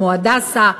כמו "הדסה",